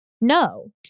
no